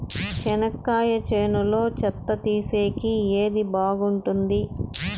చెనక్కాయ చేనులో చెత్త తీసేకి ఏది బాగుంటుంది?